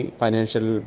financial